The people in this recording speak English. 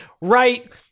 right